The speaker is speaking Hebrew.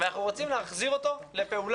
ואנחנו רוצים להחזיר אותו לפעולה.